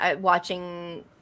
Watching